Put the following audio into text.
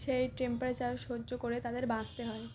সেই টেম্পারেচার সহ্য করে তাদের বাঁচতে হয়